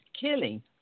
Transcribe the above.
killing